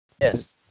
Yes